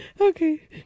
Okay